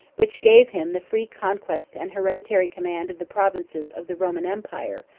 which gave him the free conquest and hereditary command of the provinces of the roman empire,